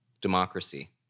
democracy